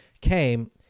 came